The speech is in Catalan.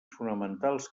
fonamentals